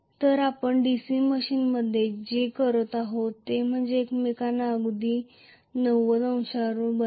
तर आपण DC मशीनमध्ये जे करतो ते म्हणजे ते एकमेकांना अगदी 90 अंशांवर बनविणे